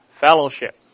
Fellowship